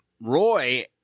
Roy